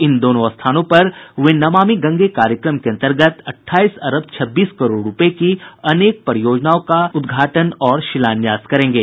इन दोनों स्थानों पर वे नमामि गंगे कार्यक्रम के अंतर्गत अठाईस अरब छब्बीस करोड़ रुपए की अनेक परियोजनाओं का उद्घाटन और शिलान्यास करेंगे